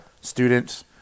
students